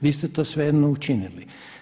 Vi ste to svejedno učinili.